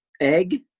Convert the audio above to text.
egg